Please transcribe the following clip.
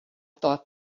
thought